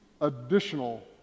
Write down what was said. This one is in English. additional